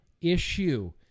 issue